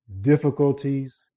difficulties